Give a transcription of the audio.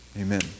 Amen